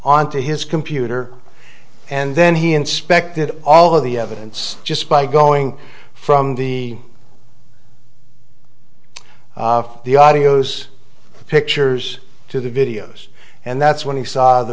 on to his computer and then he inspected all of the evidence just by going from the the audios pictures to the videos and that's when he saw the